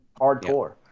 hardcore